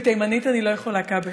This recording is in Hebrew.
בתימנית אני לא יכולה, כבל.